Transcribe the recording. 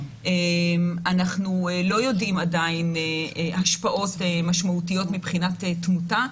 אנחנו לא יודעים עדיין השפעות משמעותיות מבחינת תמותה.